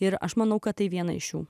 ir aš manau kad tai vienai šių